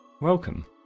Welcome